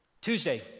Tuesday